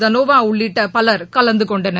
தனோவா உள்ளிட்ட பலர் கலந்து கொண்டனர்